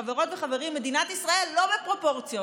חברות וחברים, מדינת ישראל לא בפרופורציות.